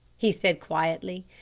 he said quietly.